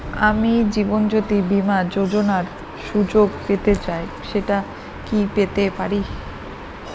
আমি জীবনয্যোতি বীমা যোযোনার সুযোগ পেতে চাই সেটা কি পেতে পারি?